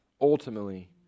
ultimately